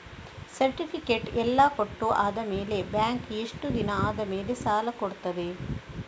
Certificate ಎಲ್ಲಾ ಕೊಟ್ಟು ಆದಮೇಲೆ ಬ್ಯಾಂಕ್ ಎಷ್ಟು ದಿನ ಆದಮೇಲೆ ಸಾಲ ಕೊಡ್ತದೆ?